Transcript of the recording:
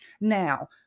Now